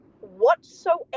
whatsoever